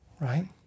Right